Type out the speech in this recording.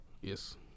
yes